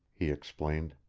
he explained.